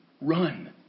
run